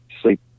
sleep